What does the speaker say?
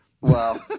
Wow